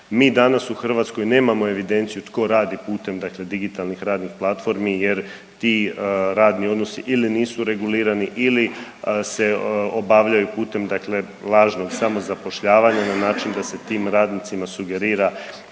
Mi danas u Hrvatskoj nemamo evidenciju tko radi putem digitalnih radnih platformi jer ti radni odnosi ili nisu regulirani ili se obavljaju putem lažnog samozapošljavanja na način da se tim radnicima sugerira